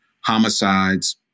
homicides